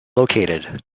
located